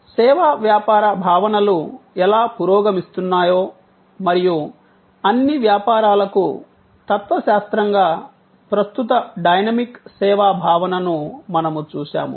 సేవా వ్యాపార భావనలు ఎలా పురోగమిస్తున్నాయో మరియు అన్ని వ్యాపారాలకు తత్వశాస్త్రంగా ప్రస్తుత డైనమిక్ సేవా భావనను మనము చూశాము